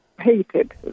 hated